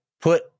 put